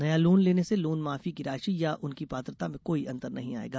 नया लोन लेने से लोन माफी की राशि या उनकी पात्रता में कोई अंतर नहीं आयेगा